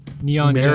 Neon